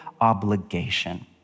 obligation